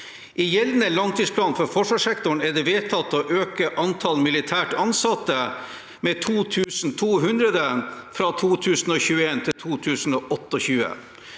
I gjeldende langtidsplan for forsvarssektoren er det vedtatt å øke antall militært ansatte med 2 200 fra 2021 til 2028.